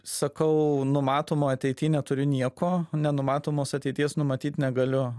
sakau numatomoj ateity neturiu nieko nenumatomos ateities numatyt negaliu